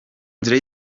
nzira